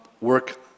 work